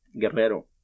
Guerrero